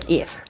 Yes